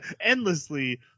endlessly